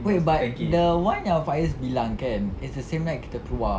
wait but the one yang faiz bilang kan is the same night yang kita keluar